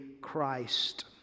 Christ